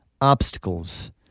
obstacles